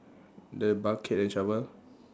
the bucket and shovel